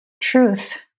truth